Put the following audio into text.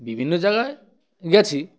বিভিন্ন জায়গায় গেছি